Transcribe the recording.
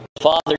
Father